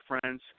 friends